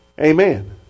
Amen